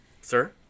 sir